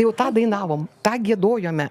jau tą dainavom tą giedojome